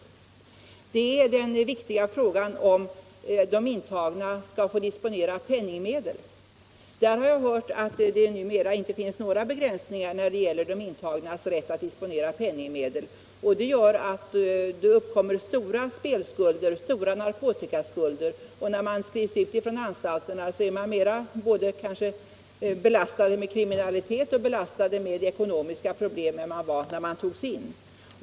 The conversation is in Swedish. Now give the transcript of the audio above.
Vidare har vi den viktiga frågan huruvida de intagna skall få disponera penningmedel. Jag har hört att det numera inte finns några begränsningar i de intagnas rätt att disponera penningmedel, vilket gör att det uppkommer stora spelskulder och stora narkotikaskulder. När vederbörande skrivs ut från anstalten är de därför kanske både mera belastade med kriminalitet och mera belastade med ekonomiska problem än de var när de togs in.